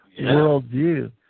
worldview